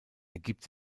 ergibt